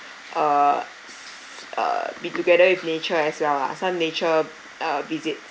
uh err be together with nature as well lah some nature uh visit